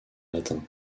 latin